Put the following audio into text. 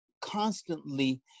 constantly